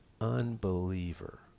unbeliever